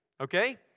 Okay